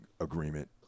agreement